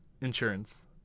insurance